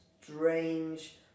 strange